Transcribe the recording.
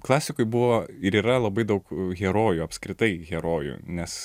klasikoj buvo ir yra labai daug herojų apskritai herojų nes